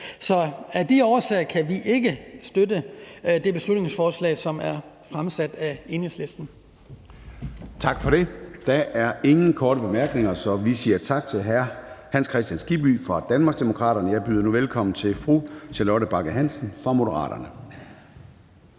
Så af de årsager kan vi ikke støtte det beslutningsforslag, som er fremsat af Enhedslisten. Kl. 11:02 Formanden (Søren Gade): Tak for det. Der er ingen korte bemærkninger, så vi siger tak til hr. Hans Kristian Skibby fra Danmarksdemokraterne. Jeg byder nu velkommen til fru Charlotte Bagge Hansen fra Moderaterne.